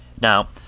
now